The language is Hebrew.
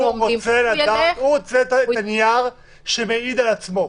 הוא ילך --- הוא רוצה נייר שמעיד על עצמו.